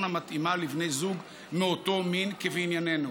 המתאימה לבני זוג מאותו מין כבענייננו,